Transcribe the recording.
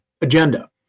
agenda